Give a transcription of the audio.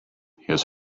his